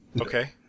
Okay